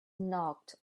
knocked